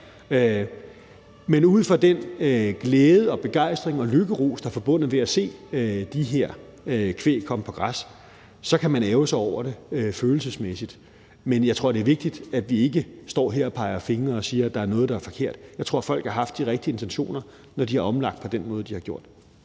Men ud fra den glæde og begejstring og lykkerus, der er forbundet med at se det her kvæg komme på græs, kan man ærgre sig over det følelsesmæssigt. Men jeg tror, det er vigtigt, at vi ikke står her og peger fingre ad nogen og siger, at der er noget, der er forkert. Jeg tror, at folk har haft de rigtige intentioner, når de har omlagt det på den måde, de har gjort.